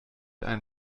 ein